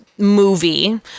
Movie